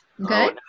Okay